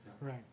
Right